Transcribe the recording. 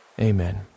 Amen